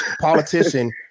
politician